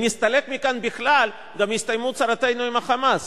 אם נסתלק מכאן בכלל גם יסתיימו צרותינו עם ה"חמאס".